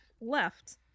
left